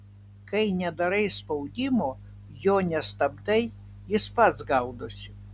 kai nedarai spaudimo jo nestabdai jis pats gaudosi